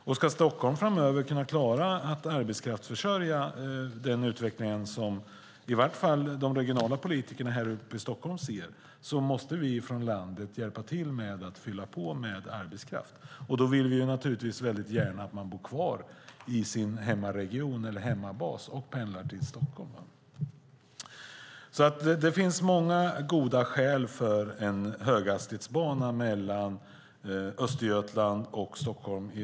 Om Stockholm framöver ska klara av att arbetskraftsförsörja den utveckling som åtminstone de regionala politikerna i Stockholm förutser måste vi från landet hjälpa till och fylla på med arbetskraft. Då vill vi naturligtvis att folk bor kvar i sin hemregion och pendlar till Stockholm. Det finns alltså många goda skäl till en höghastighetsbana mellan Östergötland och Stockholm.